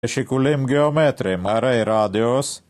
שיקולים גיאומטרים, הרי רדיוס